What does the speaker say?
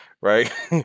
right